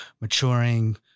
maturing